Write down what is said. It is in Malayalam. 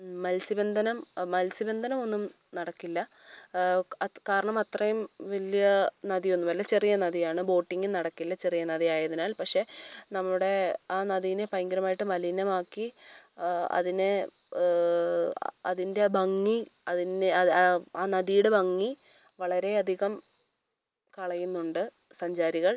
മത്സ്യബന്ധനം മത്സ്യബന്ധനം ഒന്നും നടക്കില്ല കാരണം അത്രയും വലിയ നദിയൊന്നും അല്ല ചെറിയ നദിയാണ് ബോട്ടിംഗും നടക്കില്ല ചെറിയ നദി ആയതിനാൽ പക്ഷേ നമ്മുടെ ആ നദീനെ ഭയങ്കരമായിട്ടും മലിനമാക്കി അതിനെ അതിൻ്റെ ഭംഗി അതിന്ന് ആ നദിയുടെ ഭംഗി വളരെ അധികം കളയുന്നുണ്ട് സഞ്ചാരികൾ